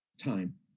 time